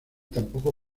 tampoco